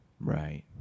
Right